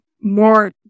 more